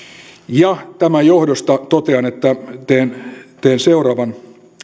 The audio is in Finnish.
tämän johdosta totean että teen teen seuraavan